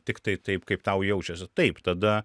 tiktai taip kaip tau jaučiasi taip tada